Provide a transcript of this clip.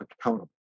accountable